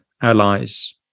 allies